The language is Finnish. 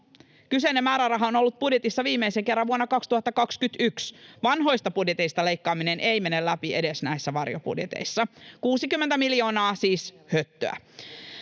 Kyseinen määräraha on ollut budjetissa viimeisen kerran vuonna 2021. Vanhoista budjeteista leikkaaminen ei mene läpi edes näissä varjobudjeteissa. 60 miljoonaa siis höttöä.